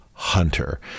Hunter